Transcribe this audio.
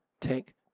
take